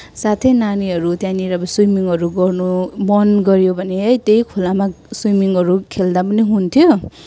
साथै नानीहरू त्यहाँनिर अब स्विमिङहरू गर्न मन गऱ्यो भने है त्यही खोलामा स्विमिङहरू खेल्दा पनि हुन्थ्यो